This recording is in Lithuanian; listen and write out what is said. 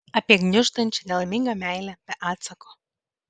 apie gniuždančią nelaimingą meilę be atsako